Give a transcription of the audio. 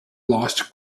lost